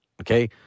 okay